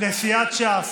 לסיעת ש"ס,